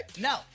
No